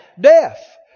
Death